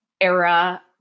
era